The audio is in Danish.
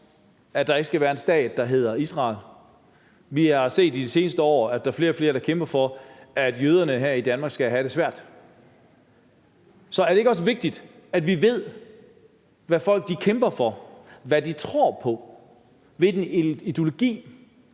at der ikke skal være en stat, der hedder Israel. Vi har i de seneste år set, at der er flere og flere, der kæmper for, at jøderne her i Danmark skal have det svært. Så er det ikke også vigtigt, at vi ved, hvad folk kæmper for, hvad de tror på, og hvilken ideologi